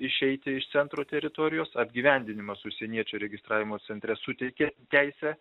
išeiti iš centro teritorijos apgyvendinimas užsieniečių registravimo centre suteikiant teisę